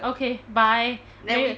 okay bye then we